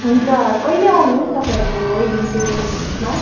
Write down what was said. हुन्छ कहिले आउनु तपाईँहरूको वेडिङ त्योमा